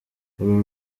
uru